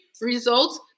results